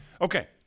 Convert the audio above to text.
Okay